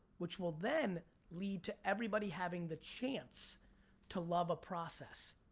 which will then lead to everybody having the chance to love a process.